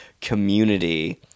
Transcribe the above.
community